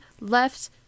left